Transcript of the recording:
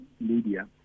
media